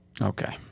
okay